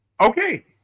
Okay